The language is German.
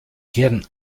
kehren